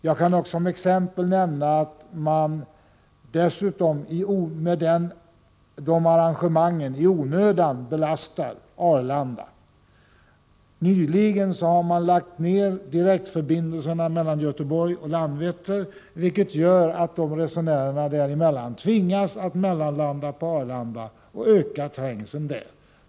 Jag kan som exempel nämna att man dessutom med de arrangemangen i onödan belastar Arlanda. Nyligen har man lagt ned direktförbindelserna mellan Göteborg och Landvetter, vilket gör att resenärerna däremellan tvingas att mellanlanda på Arlanda och därmed ökar trängseln där.